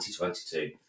2022